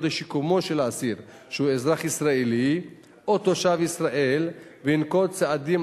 לשיקומו של אסיר שהוא אזרח ישראלי או תושב ישראל וינקוט צעדים